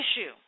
issue